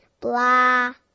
Blah